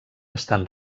estan